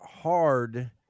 hard